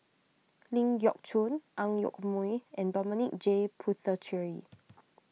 Ling Geok Choon Ang Yoke Mooi and Dominic J Puthucheary